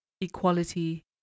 Equality